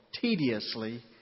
tediously